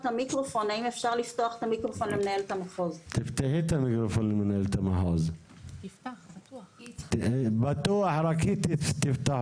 האתר שהכפיל את עצמו הכפיל את עצמו באופן בלתי חוקי רק כי אין לו תכניות